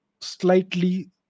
slightly